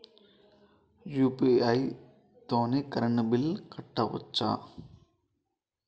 UPI తోని current bill కట్టుకోవచ్ఛా?